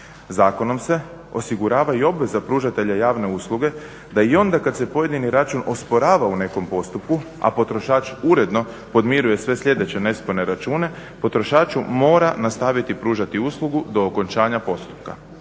Zakonom se osigurava i obveza pružatelja javne usluge da i onda kada se pojedini račun osporava u nekom postupku, a potrošač uredno podmiruje sve sljedeće nesporne račune potrošaču mora nastaviti pružati uslugu do okončanja postupka.